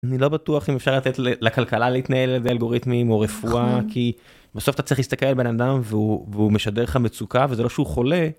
אני לא בטוח אם אפשר לתת לכלכלה להתנהל לפי אלגוריתמים או רפואה כי בסוף אתה צריך להסתכל על בן אדם והוא והוא משדר לך מצוקה וזה לא שהוא חולה.